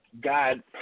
God